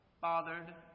bothered